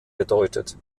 bedeutet